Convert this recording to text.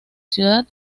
ciudad